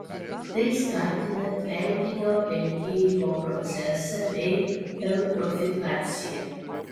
tai skatina tvenkinio pelkėjimo procesą bei eutrofikaciją